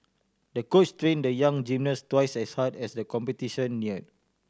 the coach trained the young gymnast twice as hard as the competition near